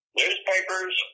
newspapers